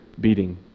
beating